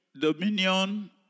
dominion